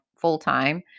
full-time